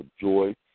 joy